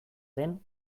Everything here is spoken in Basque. den